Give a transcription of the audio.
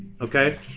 okay